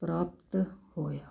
ਪ੍ਰਾਪਤ ਹੋਇਆ